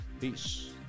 Peace